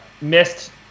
missed